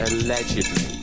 Allegedly